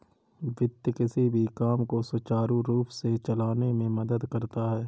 वित्त किसी भी काम को सुचारू रूप से चलाने में मदद करता है